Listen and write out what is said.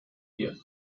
die